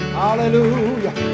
hallelujah